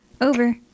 Over